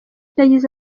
yagize